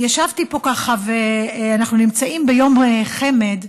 ישבתי פה ככה, אנחנו נמצאים ביום חמ"ד,